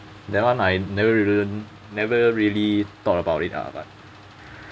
that one I never really learn never really thought about it ah but